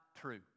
true